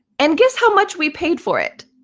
and guess how much we paid for it?